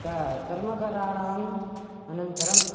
क कर्मकराणाम् अनन्तरं